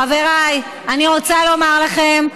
חבריי, אני רוצה לומר לכם,